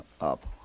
up